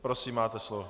Prosím, máte slovo.